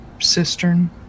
cistern